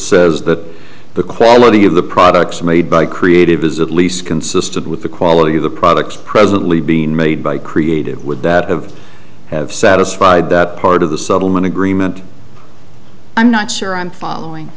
says that the quality of the products made by creative is at least consistent with the quality of the products presently being made by creative would that of have satisfied that part of the settlement agreement i'm not sure i'm following